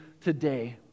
today